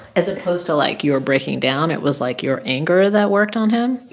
as opposed to, like, your breaking-down? it was, like, your anger that worked on him?